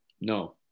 No